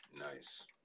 Nice